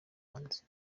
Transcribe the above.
hanze